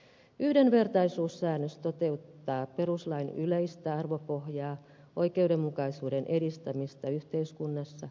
yhdenvertaisuussäännös toteuttaa perustuslain yleistä arvopohjaa oikeudenmukaisuuden edistämistä yhteiskunnassa